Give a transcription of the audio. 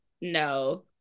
no